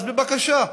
אז בבקשה.